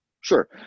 Sure